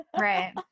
right